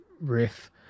riff